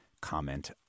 comment